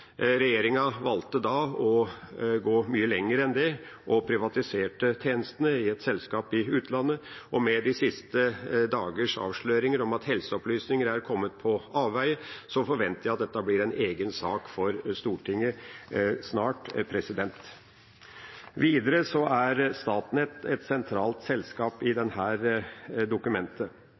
Regjeringa valgte da å gå mye lenger enn det og privatiserte tjenestene i et selskap i utlandet. Og med de siste dagers avsløringer om at helseopplysninger er kommet på avveier, forventer jeg at dette blir en egen sak for Stortinget snart. Videre er Statnett et sentralt selskap i dette dokumentet.